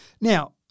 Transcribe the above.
Now